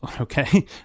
Okay